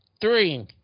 three